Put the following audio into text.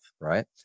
right